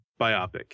biopic